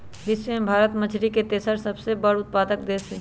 विश्व में भारत मछरी के तेसर सबसे बड़ उत्पादक देश हई